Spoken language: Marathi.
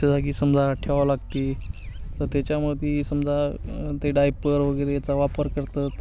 स्वच्छता की समजा ठेवावं लागते तर त्याच्यामध्ये समजा ते डायपर वगैरेचा वापर करतात